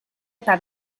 eta